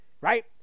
right